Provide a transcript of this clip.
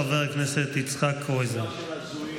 חבר הכנסת יצחק קרויזר.